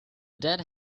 dead